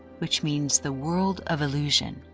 which means the world of illusion,